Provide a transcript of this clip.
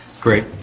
Great